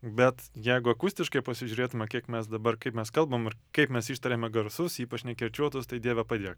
bet jeigu akustiškai pasižiūrėtume kiek mes dabar kaip mes kalbam ir kaip mes ištariame garsus ypač nekirčiuotus tai dieve padėk